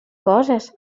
coses